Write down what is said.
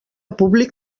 públic